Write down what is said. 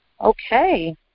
Okay